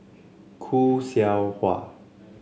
Khoo Seow Hwa